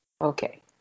Okay